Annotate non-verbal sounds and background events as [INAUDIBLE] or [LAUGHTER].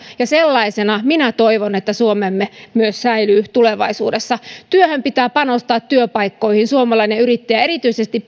ja minä toivon että sellaisena suomemme myös säilyy tulevaisuudessa työhön pitää panostaa työpaikkoihin suomalaiseen yrittäjään erityisesti [UNINTELLIGIBLE]